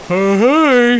Hey